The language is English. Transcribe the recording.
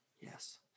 Yes